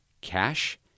cash